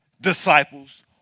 disciples